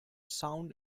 sound